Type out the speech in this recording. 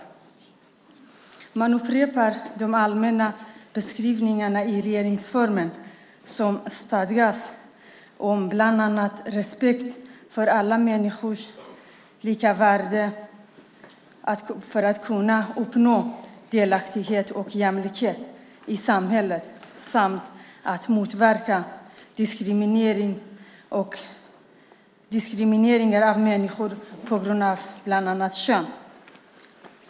Man upprepar de allmänna beskrivningarna som stadgas i regeringsformen om bland annat respekt för alla människors lika värde för att kunna uppnå delaktighet och jämlikhet i samhället samt motverka diskriminering av människor på grund av bland annat kön.